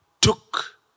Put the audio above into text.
took